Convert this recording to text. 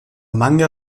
manga